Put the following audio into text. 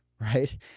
right